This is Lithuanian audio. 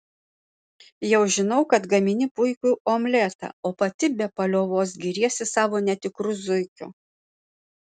jau žinau kad gamini puikų omletą o pati be paliovos giriesi savo netikru zuikiu